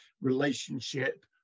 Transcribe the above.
relationship